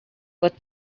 but